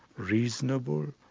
reasonable,